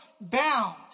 bound